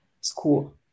school